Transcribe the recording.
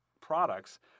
products